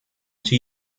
two